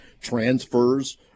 transfers